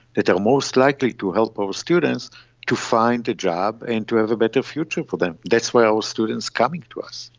that are most likely to help our to find a job and to have a better future for them. that's why our students come yeah to us.